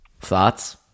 Thoughts